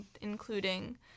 including